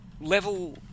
Level